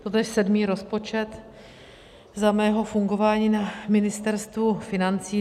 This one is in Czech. Toto je sedmý rozpočet za mého fungování na Ministerstvu financí.